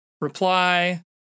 reply